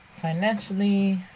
financially